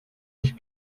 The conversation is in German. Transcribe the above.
ich